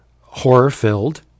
horror-filled